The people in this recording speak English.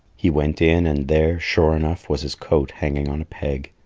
he went in, and there, sure enough, was his coat hanging on a peg.